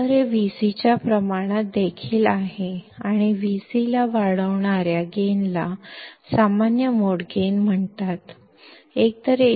ಆದ್ದರಿಂದ ಇದು Vc ಗೆ ಅನುಪಾತದಲ್ಲಿರುತ್ತದೆ ಮತ್ತು ಅದು ಗೈನ್ ಅನ್ನು ಬಳಸಿಕೊಂಡು Vc ಅನ್ನು ಅಂಪ್ಲಿಫ್ಯ್ ಮಾಡುತ್ತದೆ ಇದನ್ನು ಕಾಮನ್ ಮೋಡ್ ಗೈನ್ ಎಂದು ಕರೆಯಲಾಗುತ್ತದೆ